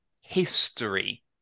history